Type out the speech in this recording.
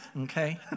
okay